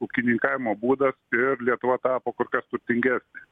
ūkininkavimo būdas ir lietuva tapo kur kas turtingesnė